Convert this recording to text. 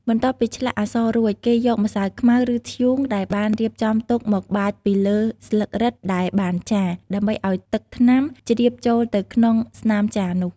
បន្ទាប់ពីឆ្លាក់អក្សររួច គេយកម្សៅខ្មៅ ឬធ្យូងដែលបានរៀបចំទុកមកបាចពីលើស្លឹករឹតដែលបានចារ ដើម្បីឱ្យទឹកថ្នាំជ្រាបចូលទៅក្នុងស្នាមចារនោះ។